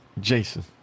Jason